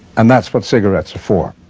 and that's what cigarettes are for.